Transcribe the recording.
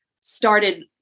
started